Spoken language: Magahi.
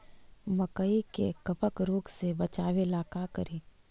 मकई के कबक रोग से बचाबे ला का करि?